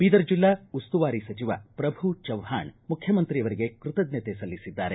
ಬೀದರ ಜಿಲ್ಲಾ ಉಸ್ತುವಾರಿ ಸಚಿವ ಪ್ರಭು ಚವ್ವಾಣ್ ಮುಖ್ವಮಂತ್ರಿಯವರಿಗೆ ಕೃತಜ್ವತೆ ಸಲ್ಲಿಸಿದ್ದಾರೆ